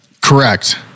Correct